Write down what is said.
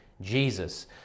Jesus